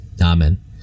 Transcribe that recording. Amen